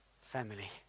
family